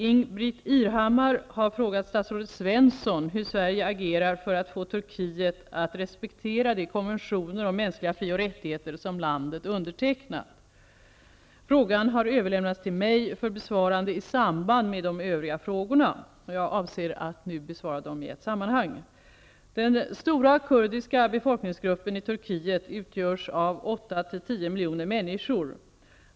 Ingbritt Irhammar har frågat statsrådet Svensson hur Sverige agerar för att få Turkiet att respektera de konventioner om mänskliga fri och rättigheter som landet undertecknat. Frågan har överlämnats till mig för besvarande i samband med de övriga frågorna. Jag avser besvara dem i ett sammanhang. Den stora kurdiska befolkningsgruppen i Turkiet utgörs av 8--10 miljoner människor.